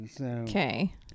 Okay